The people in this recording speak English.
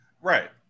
Right